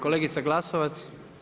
Kolegica Glasovac.